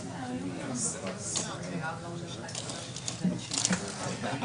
הסדר הדיווח אנחנו לא עושים אותו הוראות שעה כי עשר שנים זה זמן מאוד